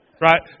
Right